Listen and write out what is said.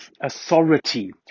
authority